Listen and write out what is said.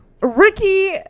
Ricky